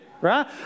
Right